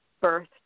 birth